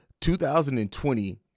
2020